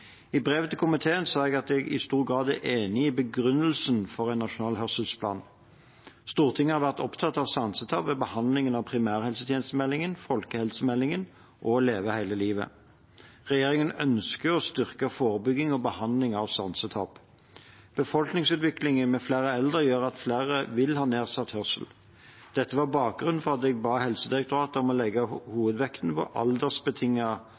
I brevet til komiteen sa jeg at jeg i stor grad er enig i begrunnelsen for en nasjonal hørselsplan. Stortinget har vært opptatt av sansetap ved behandlingen av primærhelsetjenestemeldingen, folkehelsemeldingen og Leve hele livet. Regjeringen ønsker å styrke forebygging og behandling av sansetap. Befolkningsutviklingen med flere eldre gjør at flere vil komme til å ha nedsatt hørsel. Dette var bakgrunnen for at jeg ba Helsedirektoratet om å legge hovedvekten på aldersbetinget